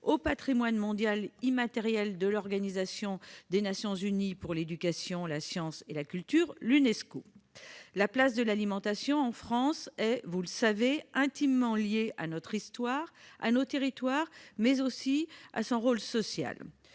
au patrimoine culturel immatériel de l'Organisation des Nations unies pour l'éducation, la science et la culture (Unesco). La place de l'alimentation en France est, vous le savez, intimement liée à notre histoire, à nos territoires et à son rôle social.